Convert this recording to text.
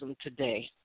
today